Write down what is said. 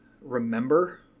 remember